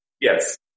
Yes